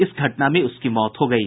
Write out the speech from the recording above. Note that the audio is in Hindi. इस घटना में उसकी मौत हो गयी